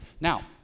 Now